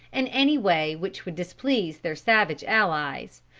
in any way which would displease their savage allies,